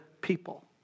people